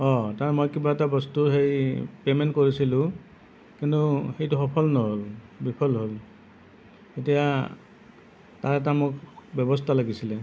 অ তাৰ মই কিবা এটা বস্তু পেমেণ্ট কৰিছিলোঁ কিন্তু সেইটো সফল নহ'ল বিফল হ'ল এতিয়া তাৰ এটা মোক ব্য়ৱস্থা লাগিছিলে